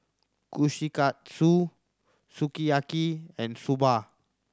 Kushikatsu Sukiyaki and Soba